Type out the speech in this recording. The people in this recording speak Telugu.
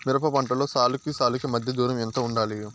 మిరప పంటలో సాలుకి సాలుకీ మధ్య దూరం ఎంత వుండాలి?